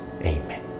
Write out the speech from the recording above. Amen